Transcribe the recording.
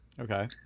Okay